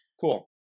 cool